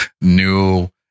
new